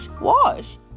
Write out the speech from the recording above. wash